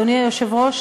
אדוני היושב-ראש,